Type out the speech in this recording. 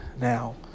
now